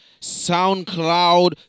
SoundCloud